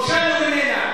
נושלנו ממנה.